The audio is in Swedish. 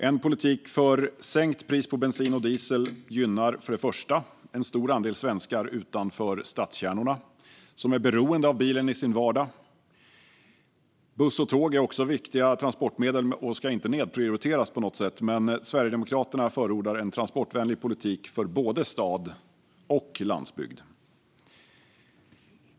En politik för sänkt pris på bensin och diesel gynnar framför allt en stor andel svenskar utanför stadskärnorna, som är beroende av bilen i sin vardag. Buss och tåg är också viktiga transportmedel och ska inte på något sätt nedprioriteras, men Sverigedemokraterna förordar en transportvänlig politik för både stad och landsbygd.